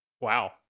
Wow